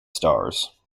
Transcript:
stars